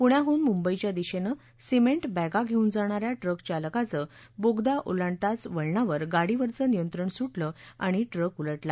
प्ण्याहन मुंबईच्या दिशेने सिमेंट बाती घेऊन जाणाऱ्या ट्रक चालकाचं बोगदा ओलांडताच वळणावर गाडीवरचं नियंत्रण सुटलं आणि ट्रक उलटला